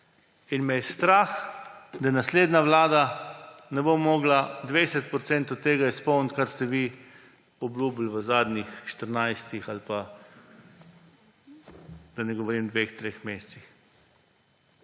In me je strah, da naslednja vlada ne bo mogla izpolniti 20 % tega, kar ste vi obljubili v zadnjih 14, ali pa da ne govorim dveh, treh mesecih.